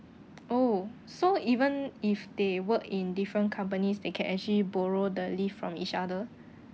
oh so even if they work in different companies they can actually borrow the leave from each other